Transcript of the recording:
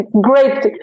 great